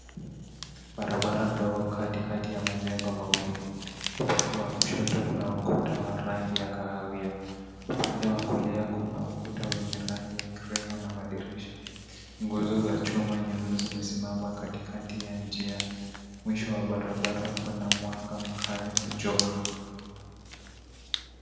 Barabara ndogo katikati ya majengo mawili, upande wa kushoto kuna ukuta wa rangi ya kahawia upande wa kulia kuna ukuta wenye rangi ya (CS)krimu(CS) na madirisha nguzo za chuma nyeusi zimesimama katikati ya njia mwisho wa barara kuna mwanga mkali wa jua.